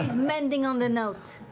mending on the note.